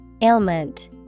Ailment